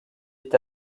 est